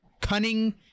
Cunning